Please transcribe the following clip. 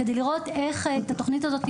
כדי לראות איך מתקצבים את התוכנית הזאת,